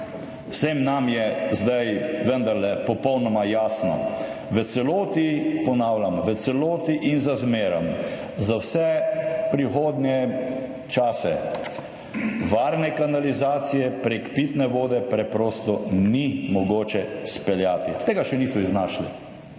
vsem nam je zdaj vendarle popolnoma jasno, v celoti, ponavljam, v celoti in za zmerim, za vse prihodnje čase, varne kanalizacije prek pitne vode preprosto ni mogoče speljati, tega še niso iznašli,